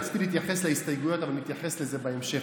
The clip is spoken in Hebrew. רציתי להתייחס להסתייגויות אבל אתייחס לזה בהמשך.